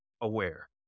aware